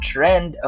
Trend